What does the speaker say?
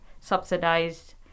subsidized